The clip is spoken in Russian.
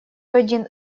один